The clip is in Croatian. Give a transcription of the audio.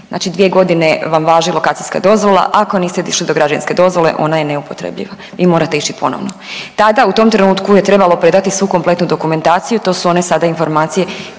znači 2.g. vam važi lokacijska dozvola, ako niste došli do građevinske dozvole ona je neupotrebljiva i morate ići ponovno. Tada u tom trenutku je trebalo predati svu kompletnu dokumentaciju, to su one sada informacije